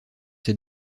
ses